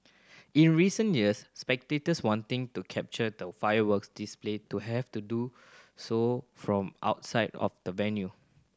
in recent years spectators wanting to capture the fireworks display to have to do so from outside of the venue